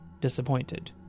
disappointed